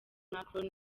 macron